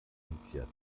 initiative